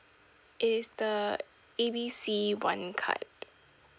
it's the A B C one card